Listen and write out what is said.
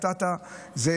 איש הצפון,